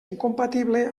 incompatible